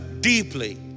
deeply